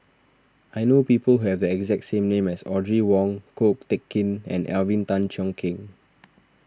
I know people who have the exact name as Audrey Wong Ko Teck Kin and Alvin Tan Cheong Kheng